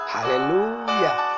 Hallelujah